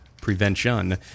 prevention